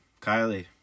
Kylie